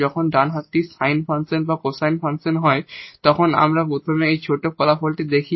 যখন ডান হাতটি sine ফাংশন বা কোসাইন ফাংশন হয় তখন আমরা প্রথমে এই ছোট্ট ফলাফলটি এখানে দেখি